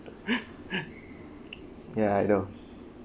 ya I know